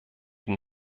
den